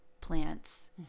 plants